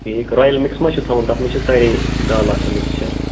ٹھیٖک royal mix ما چھُ تھاوُن تَتھ منٛز چھِ سارے دال آسان مِکِسچَر